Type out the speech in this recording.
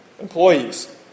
employees